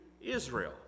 Israel